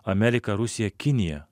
amerika rusija kinija